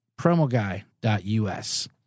promoguy.us